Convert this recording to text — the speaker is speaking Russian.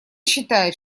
считает